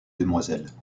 demoiselles